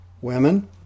women